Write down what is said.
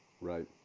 Right